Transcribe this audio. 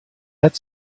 had